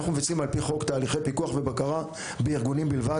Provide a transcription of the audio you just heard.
אנחנו מבצעים על פי חוק תהליכי פיקוח ובקרה בארגונים בלבד,